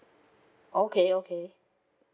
okay okay